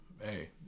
hey